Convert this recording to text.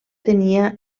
tenia